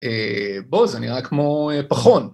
בוא זה נראה כמו פחון